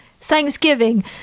Thanksgiving